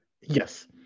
Yes